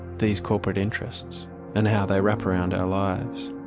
these corporate interests and how they wrap around our lives.